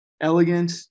elegant